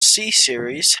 series